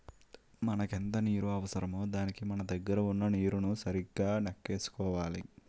మనకెంత నీరు అవసరమో దానికి మన దగ్గర వున్న నీరుని సరిగా నెక్కేసుకోవాలి